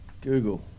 Google